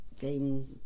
game